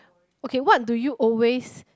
okay what do you always